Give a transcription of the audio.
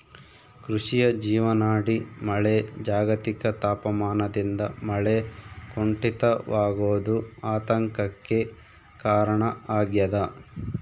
ಕೃಷಿಯ ಜೀವನಾಡಿ ಮಳೆ ಜಾಗತಿಕ ತಾಪಮಾನದಿಂದ ಮಳೆ ಕುಂಠಿತವಾಗೋದು ಆತಂಕಕ್ಕೆ ಕಾರಣ ಆಗ್ಯದ